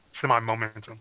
semi-momentum